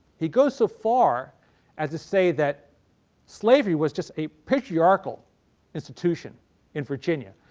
he goes so far as to say that slavery was just a patriarchal institution in virginia.